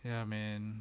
ya man